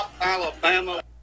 Alabama